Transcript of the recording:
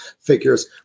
figures